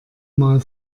mal